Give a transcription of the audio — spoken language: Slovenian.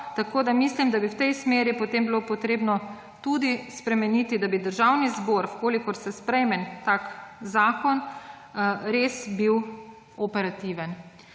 Tako da mislim, da bi v tej smeri potem bilo treba tudi spremeniti, da bi Državni zbor, če se sprejme tak zakon, res bil operativen.